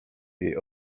jej